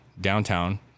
downtown